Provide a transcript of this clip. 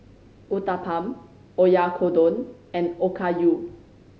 Uthapam Oyakodon and Okayu